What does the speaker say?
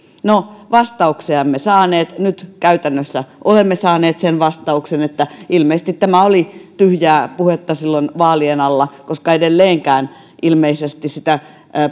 no vastauksia emme saaneet nyt käytännössä olemme saaneet sen vastauksen että ilmeisesti tämä oli tyhjää puhetta silloin vaalien alla koska edelleenkään ilmeisesti sitä